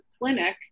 clinic